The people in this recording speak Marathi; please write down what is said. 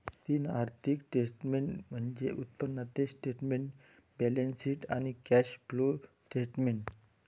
तीन आर्थिक स्टेटमेंट्स म्हणजे उत्पन्नाचे स्टेटमेंट, बॅलन्सशीट आणि कॅश फ्लो स्टेटमेंट